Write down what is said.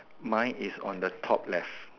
mine is on the top left